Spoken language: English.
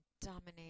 dominate